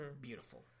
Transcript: beautiful